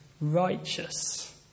righteous